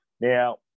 Now